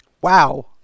Wow